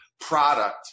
product